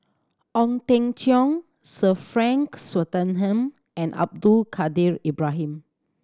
Ong Teng Cheong Sir Frank Swettenham and Abdul Kadir Ibrahim